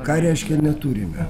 ką reiškia neturime